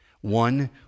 one